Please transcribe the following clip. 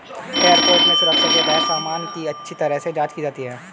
airport में सुरक्षा के तहत सामान की अच्छी तरह से जांच की जाती है